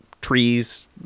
trees